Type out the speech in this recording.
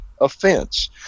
offense